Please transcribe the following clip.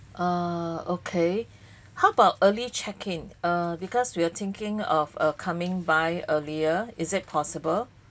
ah okay how about early check in uh because we're thinking of coming by earlier is it possible